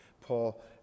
Paul